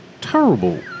Terrible